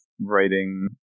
writing